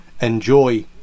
enjoy